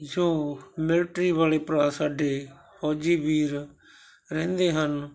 ਜੋ ਮਿਲਟਰੀ ਵਾਲੇ ਭਰਾ ਸਾਡੇ ਫੌਜੀ ਵੀਰ ਰਹਿੰਦੇ ਹਨ